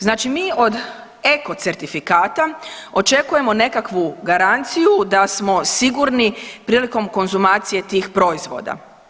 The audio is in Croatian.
Znači mi od eko certifikata očekujemo nekakvu garanciju da smo sigurni prilikom konzumacije tih proizvoda.